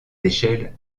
échelles